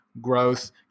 growth